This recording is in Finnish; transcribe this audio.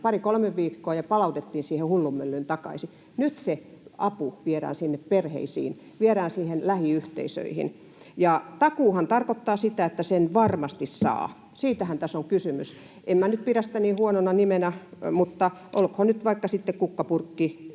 pari kolme viikkoa ja palautettiin siihen hullunmyllyyn takaisin. Nyt se apu viedään sinne perheisiin, viedään sinne lähiyhteisöihin. Takuuhan tarkoittaa sitä, että sen varmasti saa. Siitähän tässä on kysymys. En minä nyt pidä sitä niin huonona nimenä, mutta olkoon nyt vaikka sitten kukkapurkki,